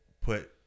put